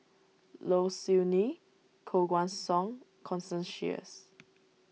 Low Siew Nghee Koh Guan Song Constance Sheares